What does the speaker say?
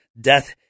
Death